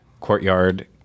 courtyard